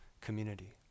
community